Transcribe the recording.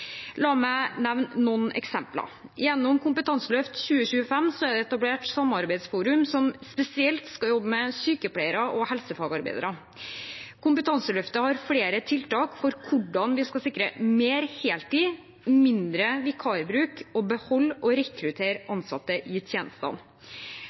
La meg nevne noen eksempler. Gjennom Kompetanseløft 2025 er det etablert et samarbeidsforum som spesielt skal jobbe med sykepleiere og helsefagarbeidere. Kompetanseløftet har flere tiltak for hvordan vi skal sikre mer heltid, mindre vikarbruk og beholde og rekruttere